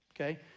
okay